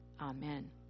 Amen